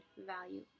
value